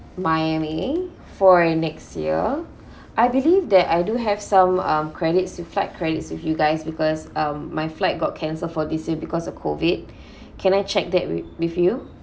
miami for next year I believe that I do have some um credits to flight credits with you guys because um my flight got cancelled for this year because of COVID can I check that with with you